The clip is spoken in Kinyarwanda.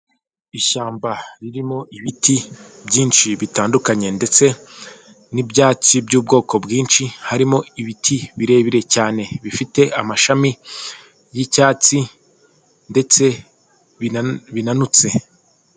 Ishyamba ririmo ibiti byinshi bitandukanye ndetse n'ibyatsi by'ubwoko bwinshi harimo ibiti birebire cyane bifite amashami y'icyatsi ndetse binanutse.